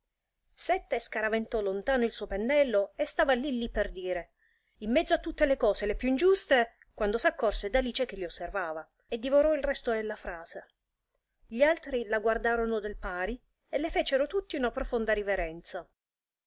sette scaraventò lontano il suo pennello e stava lì lì per dire in mezzo a tutte le cose le più ingiuste quando s'accorse d'alice che li osservava e divorò il resto della frase gli altri la guardarono del pari e le fecero tutti una profonda riverenza